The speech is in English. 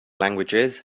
languages